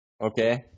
okay